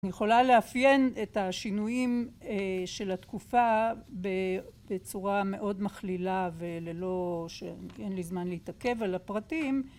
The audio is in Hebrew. אני יכולה לאפיין את השינויים של התקופה בצורה מאוד מכלילה וללא שאין לי זמן להתעכב על הפרטים